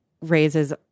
raises